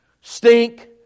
Stink